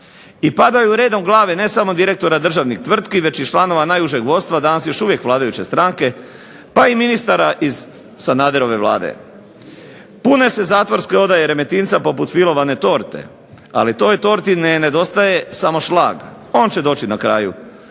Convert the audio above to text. I padaju redom glave ne samo direktora državnih tvrtki već i članova najužeg vodstva danas još uvijek vladajuće stranke pa i ministara iz Sanaderove Vlade. Pune se zatvorske odaje Remetinca poput filovane torte, ali toj torti ne nedostaje samo šlag. On će doći na kraju